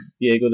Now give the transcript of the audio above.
Diego